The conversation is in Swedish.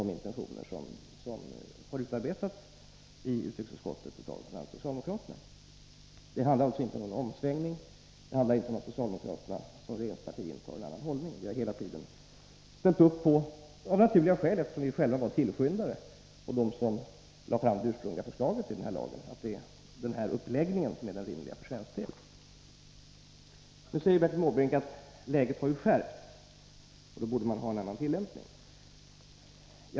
Jag vill också, eftersom Måbrink hänvisade till mig, peka på att även jag själv understrukit att så varit fallet. Det handlar alltså inte om någon omsvängning eller om att socialdemokraterna som regeringsparti intar en annan hållning. Vi har hela tiden ställt upp för Sydafrikalagen — av naturliga skäl, eftersom vi själva var tillskyndare till den och lade fram det ursprungliga lagförslaget — och menat att den har den för svenska förhållanden rimliga uppläggningen. Nu säger Måbrink att läget har skärpts och att man därför borde ha en annan tillämpning.